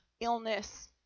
illness